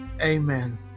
Amen